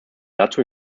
dazu